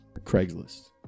Craigslist